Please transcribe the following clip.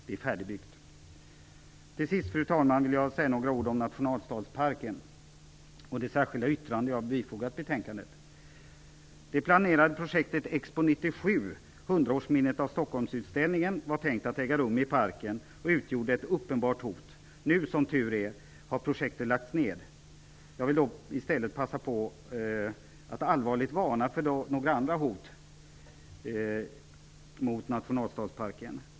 Det är färdigbyggt. Till sist, fru talman, vill jag säga några ord om nationalstadsparken och det särskilda yttrande jag bifogat betänkandet. Det planerade projektet Expo 97, hundraårsminnet av Stockholmsutställningen, var tänkt att äga rum i parken och utgjorde ett uppenbart hot. Nu har projektet lagts ned, som tur är. Jag vill i stället passa på att allvarligt varna för några andra hot mot nationalstadsparken.